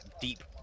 deep